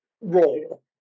role